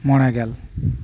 ᱢᱚᱬᱮᱜᱮᱞ